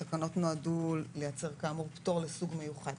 התקנות נועדו לייצר כאמור פטור לסוג מיוחד,